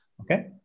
Okay